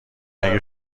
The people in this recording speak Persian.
اگه